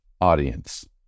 audience